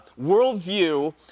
worldview